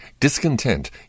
Discontent